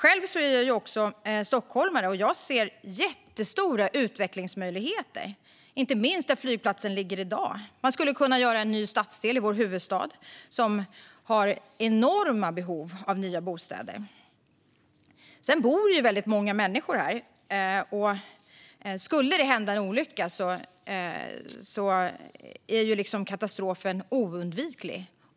Jag är stockholmare, och jag ser jättestora utvecklingsmöjligheter - inte minst där flygplatsen ligger i dag. Det skulle kunna byggas en ny stadsdel i vår huvudstad. Det finns enorma behov av nya bostäder. Sedan bor många människor runt flygplatsen. Om det skulle hända en olycka är katastrofen oundviklig.